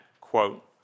quote